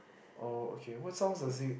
oh okay what song does he